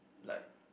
like